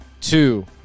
two